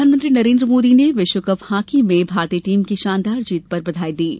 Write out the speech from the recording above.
प्रधानमंत्री नरेन्द्र मोदी ने विश्वकप हॉकी में भारतीय टीम की शानदार जीत पर बधाई दी है